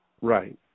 Right